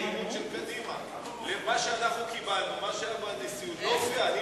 מה שאנחנו קיבלנו, מה שהיה בנשיאות לא הופיע.